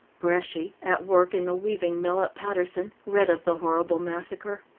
bresci, at work in the weaving mill at paterson, read of the horrible massacre.